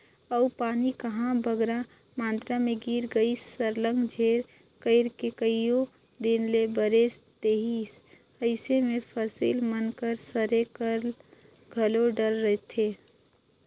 अउ पानी कहांे बगरा मातरा में गिर गइस सरलग झेर कइर के कइयो दिन ले बरेस देहिस अइसे में फसिल मन कर सरे कर घलो डर रहथे